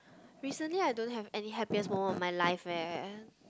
recently I don't have any happiest moment of my life eh